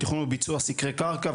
בתכנון וביצוע סקרי קרקע,